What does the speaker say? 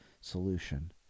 solution